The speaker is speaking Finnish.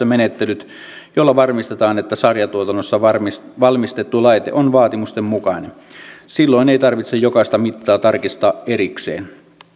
menettelyt joilla varmistetaan että sarjatuotannossa valmistettu laite on vaatimusten mukainen silloin ei tarvitse jokaista mittaa tarkistaa erikseen